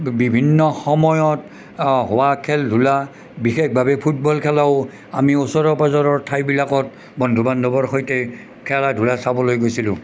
বিভিন্ন সময়ত হোৱা খেল ধূলা বিশেষভাৱে ফুটবল খেলাও আমি ওচৰৰ পাজৰৰ ঠাইবিলাকত বন্ধু বান্ধৱৰ সৈতে খেলা ধূলা চাবলৈ গৈছিলোঁ